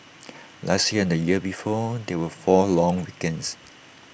last year and the year before there were four long weekends